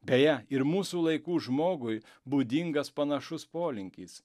beje ir mūsų laikų žmogui būdingas panašus polinkis